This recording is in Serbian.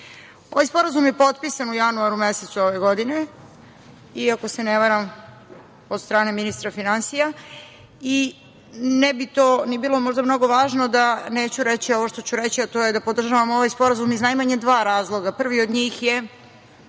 sporazum je potpisan u januaru mesecu ove godine i ako se ne varam od strane ministra finansija. I ne bi to ni bilo možda mnogo važno da neću reći ovo što ću reći, a to je da podržavam ovaj sporazum iz najmanje dva razloga. Prvi od njih je